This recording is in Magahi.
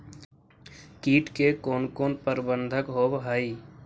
किट के कोन कोन प्रबंधक होब हइ?